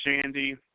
shandy